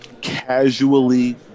casually